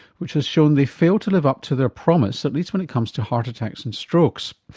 which has shown they fail to live up to their promise, at least when it comes to heart attacks and strokes.